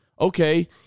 okay